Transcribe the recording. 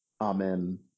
Amen